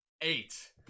eight